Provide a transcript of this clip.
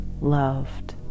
loved